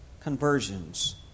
conversions